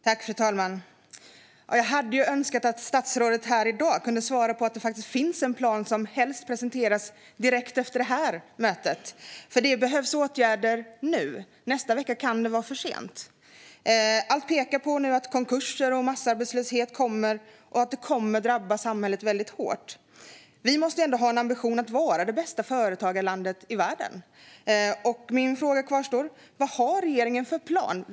Fru talman! Jag hade önskat att statsrådet här i dag kunnat svara att det finns en plan, helst en sådan som skulle presenteras direkt efter det här sammanträdet. Det behövs nämligen åtgärder nu. Nästa vecka kan det vara för sent. Allt pekar nu på att konkurser och massarbetslöshet kommer och att detta kommer att drabba samhället väldigt hårt. Vi måste ändå ha en ambition att vara det bästa företagarlandet i världen. Min fråga kvarstår. Vad har regeringen för plan?